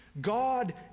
God